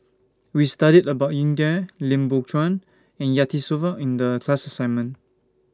I'm thinking of visiting Sweden Can YOU Go with Me